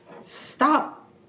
stop